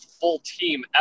full-team